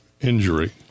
Injury